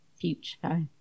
future